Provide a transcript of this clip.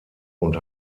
und